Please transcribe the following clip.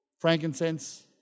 frankincense